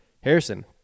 Harrison